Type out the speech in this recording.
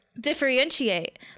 differentiate